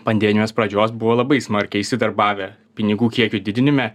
pandemijos pradžios buvo labai smarkiai įsidarbavę pinigų kiekių didinime